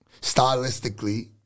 stylistically